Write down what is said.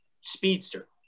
speedster